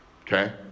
Okay